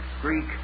Greek